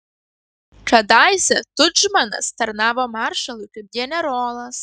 kadaise tudžmanas tarnavo maršalui kaip generolas